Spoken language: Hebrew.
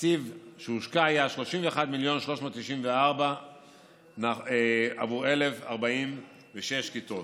התקציב שהושקע היה 31 מיליון ו-394,000 שקל עבור 1,046 כיתות.